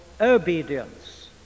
obedience